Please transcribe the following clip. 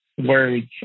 words